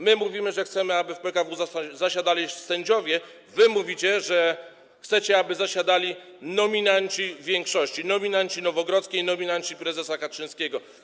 My mówimy, że chcemy, aby w PKW zasiadali sędziowie, wy mówicie, że chcecie, aby zasiadali nominaci większości, nominaci Nowogrodzkiej, nominaci prezesa Kaczyńskiego.